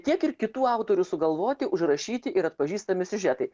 tiek ir kitų autorių sugalvoti užrašyti ir atpažįstami siužetai